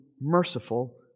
merciful